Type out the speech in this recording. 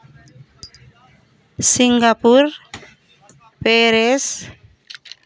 Singapore Paris